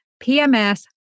PMS